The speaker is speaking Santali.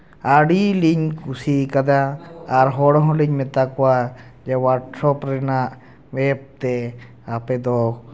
ᱟᱹᱰᱤᱞᱤᱧ ᱠᱩᱥᱤ ᱠᱟᱣᱫᱟ ᱟᱨ ᱦᱚᱲ ᱦᱚᱞᱤᱧ ᱢᱮᱛᱟ ᱠᱚᱣᱟ ᱡᱮ ᱦᱳᱣᱟᱴᱥᱚᱯ ᱨᱮᱱᱟᱜ ᱮᱯᱛᱮ ᱟᱯᱮ ᱫᱚ